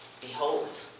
Behold